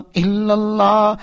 illallah